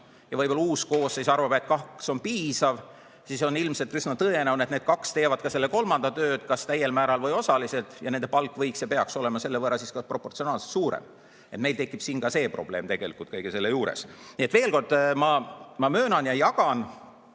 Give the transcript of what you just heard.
ja võib-olla uus koosseis arvab, et kaks on piisav. Siis on ilmselt üsna tõenäoline, et need kaks teevad ka selle kolmanda tööd kas täiel määral või osaliselt, ja nende palk võiks olla ja peaks olema selle võrra ka proportsionaalselt suurem. Meil tekib siin ka see probleem tegelikult. Nii et veel kord, ma [mõistan] seda